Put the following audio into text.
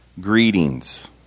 greetings